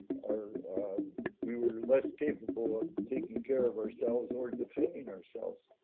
are we were less capable of taking care of ourselves or defending ourselves.